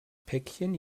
päckchen